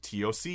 TOC